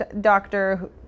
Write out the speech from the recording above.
doctor